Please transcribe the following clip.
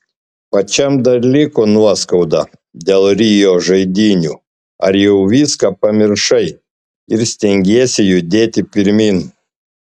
pačiam dar liko nuoskauda dėl rio žaidynių ar jau viską pamiršai ir stengiesi judėti pirmyn